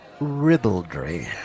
ribaldry